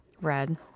red